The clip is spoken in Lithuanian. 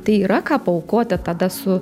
tai yra ką paaukoti tada su